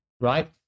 right